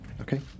Okay